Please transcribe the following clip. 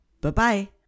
Bye-bye